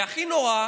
והכי נורא,